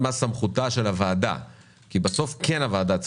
או שאנשים